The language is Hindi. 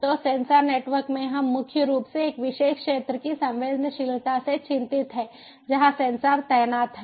तो सेंसर नेटवर्क में हम मुख्य रूप से एक विशेष क्षेत्र की संवेदनशीलता से चिंतित हैं जहां सेंसर तैनात हैं